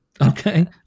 Okay